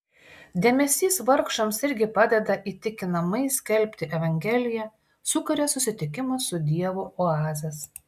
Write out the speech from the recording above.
dėmesys vargšams irgi padeda įtikinamai skelbti evangeliją sukuria susitikimo su dievu oazes